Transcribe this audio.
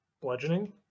Bludgeoning